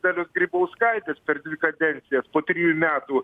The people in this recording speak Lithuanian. dalios grybauskaitės per dvi kadencijas po trijų metų